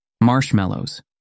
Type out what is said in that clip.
marshmallows